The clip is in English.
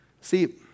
see